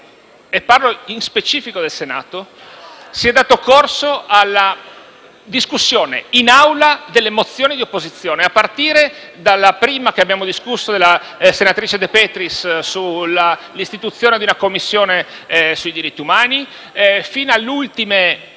parlo in specifico del Senato - si è dato corso alla discussione di mozioni di opposizione, a partire dalla prima della senatrice De Petris sull'istituzione di una Commissione sui diritti umani fino alle ultime